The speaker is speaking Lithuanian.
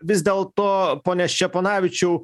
vis dėlto pone ščeponavičiau